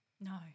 No